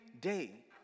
day